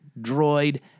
droid